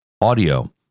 audio